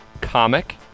comic